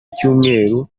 icyumweru